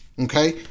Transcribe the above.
okay